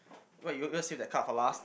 wait you you want save that card for last